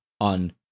on